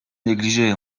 negligée